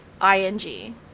I-N-G